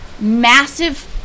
massive